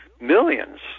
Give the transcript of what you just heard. millions